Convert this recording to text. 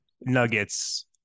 nuggets